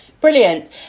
Brilliant